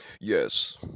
Yes